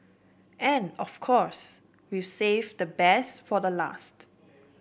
and of course we've saved the best for the last